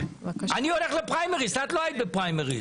אני הולך לפריימריז, את לא היית בפריימריז.